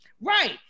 Right